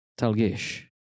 Talgish